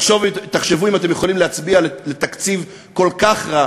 ותחשבו אם אתם יכולים להצביע לתקציב כל כך רע,